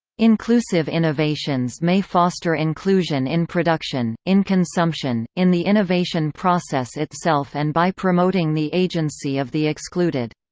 inclusive innovations may foster inclusion in production, in consumption, in the innovation process itself and by promoting the agency of the excluded.